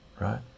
right